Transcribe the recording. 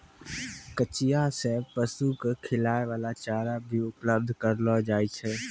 कचिया सें पशु क खिलाय वाला चारा भी उपलब्ध करलो जाय छै